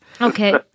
Okay